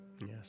Yes